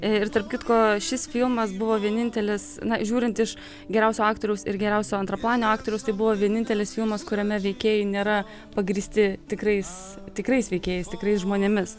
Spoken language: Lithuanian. ir tarp kitko šis filmas buvo vienintelis na žiūrint iš geriausio aktoriaus ir geriausio antraplanio aktoriaus tai buvo vienintelis filmas kuriame veikėjai nėra pagrįsti tikrais tikrais veikėjais tikrais žmonėmis